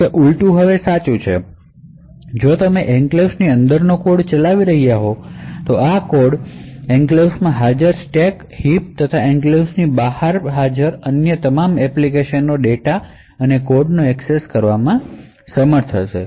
જો કે ઊલટું હવે સાચું છે જો તમે એન્ક્લેવ્સ ની અંદરનો કોડ ચલાવી રહ્યા હોવ તો આ ચોક્કસ કોડ એન્ક્લેવ્સ માં હાજર સ્ટેક અને હીપ તેમજ એન્ક્લેવ્સ ની બહાર હાજર અન્ય તમામ એપ્લિકેશન ડેટા અને કોડને એક્સેસ કરવામાં સમર્થ હશે